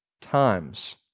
times